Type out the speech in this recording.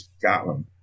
Scotland